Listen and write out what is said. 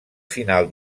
final